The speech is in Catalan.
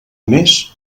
més